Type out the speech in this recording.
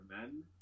Men